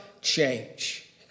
change